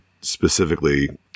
specifically